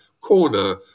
corner